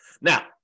now